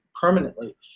permanently